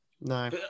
No